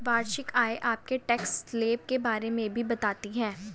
वार्षिक आय आपके टैक्स स्लैब के बारे में भी बताती है